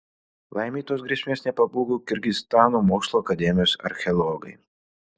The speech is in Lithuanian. laimei tos grėsmės nepabūgo kirgizstano mokslų akademijos archeologai